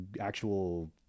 actual